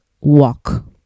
walk